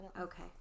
okay